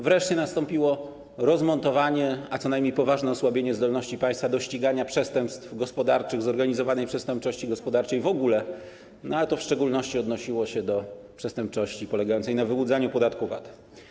Wreszcie nastąpiło rozmontowanie, a co najmniej poważne osłabienie zdolności państwa do ścigania przestępstw gospodarczych, zorganizowanej przestępczości gospodarczej w ogóle, a to w szczególności odnosiło się do przestępczości polegającej na wyłudzaniu podatku VAT.